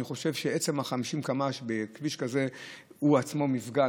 אני חושב שעצם ה-50 קמ"ש בכביש כזה הוא עצמו מפגע.